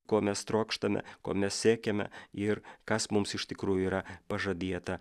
ko mes trokštame ko mes siekiame ir kas mums iš tikrųjų yra pažadėta